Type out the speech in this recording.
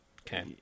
Okay